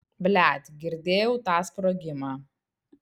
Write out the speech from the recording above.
blet girdėjau tą sprogimą